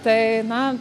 tai na